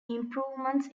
improvements